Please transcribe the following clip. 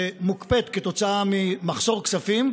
שמוקפאת כתוצאה ממחסור בכספים,